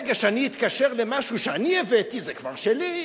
ברגע שאני אתקשר למשהו שאני הבאתי, זה כבר שלי,